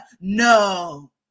No